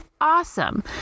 awesome